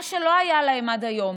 מה שלא היה להם עד היום,